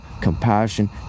compassion